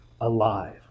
alive